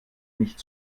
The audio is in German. nicht